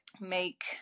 make